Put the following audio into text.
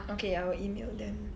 okay I will email them